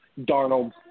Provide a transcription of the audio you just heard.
Darnold